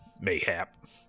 mayhap